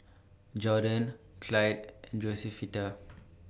Jordon Clyde and Josefita